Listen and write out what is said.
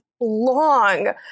long